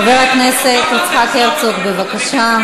חבר הכנסת יצחק הרצוג, בבקשה.